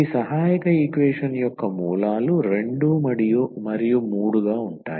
ఈ సహాయక ఈక్వేషన్ యొక్క మూలాలు 2 మరియు 3 గా ఉంటాయి